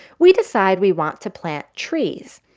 we decide we want to plant trees.